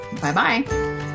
Bye-bye